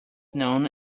known